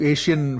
Asian